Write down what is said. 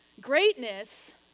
Greatness